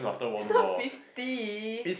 it's not fifty